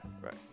right